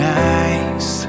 nice